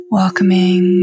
welcoming